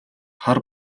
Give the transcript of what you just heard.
хар